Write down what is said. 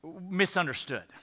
misunderstood